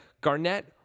Garnett